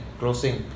closing